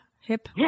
Hip